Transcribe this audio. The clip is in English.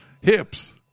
Hips